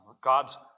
God's